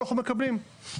אנחנו מקבלים.